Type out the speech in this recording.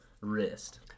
wrist